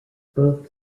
both